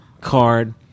card